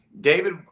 David